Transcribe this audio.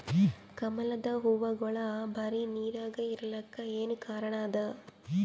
ಕಮಲದ ಹೂವಾಗೋಳ ಬರೀ ನೀರಾಗ ಇರಲಾಕ ಏನ ಕಾರಣ ಅದಾ?